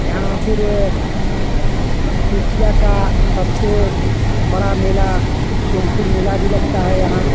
यहाँ फ़िर एशिया का सबसे बड़ा मेला सोनपुर मेला भी लगता है यहाँ